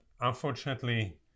unfortunately